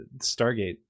Stargate